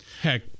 heck